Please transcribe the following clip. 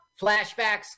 Flashbacks